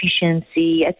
efficiency